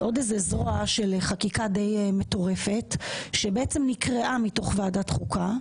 היא עוד איזו זרוע של חקיקה די מטורפת שבעצם נקרעה מתוך ועדת החוקה.